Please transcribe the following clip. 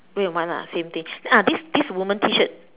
red and white lah same thing ah this this woman T shirt